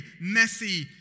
messy